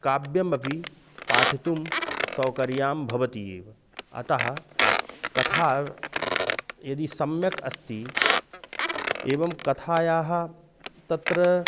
काव्यमपि पाठितुं सौकर्यं भवति एव अतः कथा यदि सम्यक् अस्ति एवं कथायाः तत्र